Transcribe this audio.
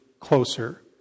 closer